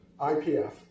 IPF